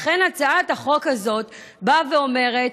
לכן, הצעת החוק הזאת באה ואומרת: